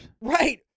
Right